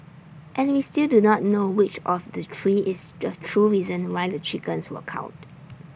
and we still do not know which of the three is the true reason why the chickens were culled